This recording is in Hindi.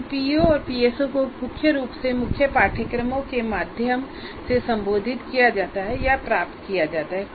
इन पीओ और पीएसओ को मुख्य रूप से मुख्य पाठ्यक्रमों के माध्यम से संबोधित किया जाता है या प्राप्त किया जाता है